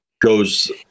goes